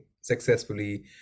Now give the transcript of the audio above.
successfully